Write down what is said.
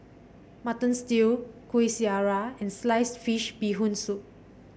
Mutton Stew Kuih Syara and slice fish Bee Hoon Soup